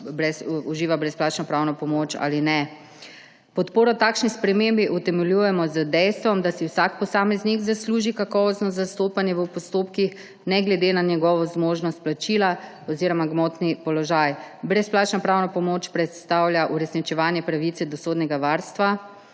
uživa brezplačno pravno pomoč ali ne. Podporo takšni spremembi utemeljujemo z dejstvom, da si vsak posameznik zasluži kakovostno zastopanje v postopkih ne glede na njegovo zmožnost plačila oziroma gmotni položaj. Brezplačna pravna pomoč predstavlja uresničevanje pravice do sodnega varstva,